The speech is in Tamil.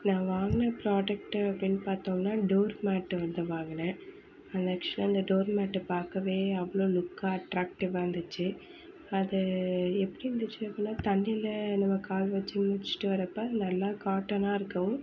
நான் வாங்கின ப்ராடக்ட்டு அப்படின்னு பார்த்தோம்னா டோர் மேட்டு வந்து வாங்கினேன் அது ஆக்சுவல் அந்த டோர் மேட்டை பார்க்கவே அவ்வளோ லுக்காக அட்ராக்டிவ்வாக இருந்துச்சு அது எப்படி இருந்துச்சு அப்படின்னா தண்ணில நம்ப கால் வச்சு மிதிச்சிவிட்டு வரப்போ நல்லா காட்டனாக இருக்கவும்